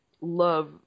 love